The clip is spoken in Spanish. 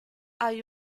hay